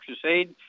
Crusade